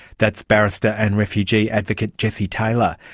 that's barrister and refugee advocate jessie taylor.